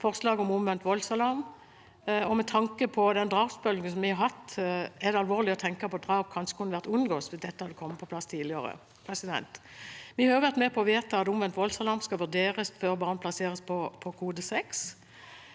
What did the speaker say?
sterkere, og forslaget om omvendt voldsalarm. Med tanke på den drapsbølgen vi har hatt, er det alvorlig å tenke på at drap kanskje kunne vært unngått hvis dette hadde kommet på plass tidligere. Vi har også vært med på å vedta at omvendt voldsalarm skal vurderes før barn plasseres på kode 6.